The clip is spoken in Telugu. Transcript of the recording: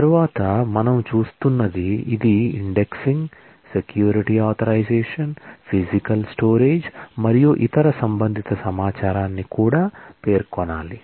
తరువాత మనము చూస్తుంది ఇది ఇండెక్సింగ్ మరియు ఇతర సంబంధిత సమాచారాన్ని కూడా పేర్కొనాలి